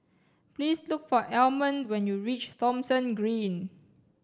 please look for Almond when you reach Thomson Green